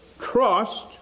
trust